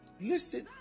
Listen